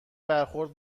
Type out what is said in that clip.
برخورد